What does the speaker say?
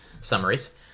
summaries